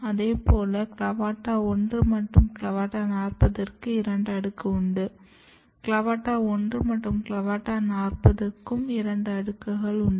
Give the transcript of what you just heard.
அதேபோல் CLAVATA 1 மற்றும் CLE 40 க்கு 2 அடுக்கு CLAVATA 1 மற்றும் CLAVATA 40 க்கும் 2 அடுக்கு உள்ளது